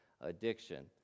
addiction